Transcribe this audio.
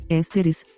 ésteres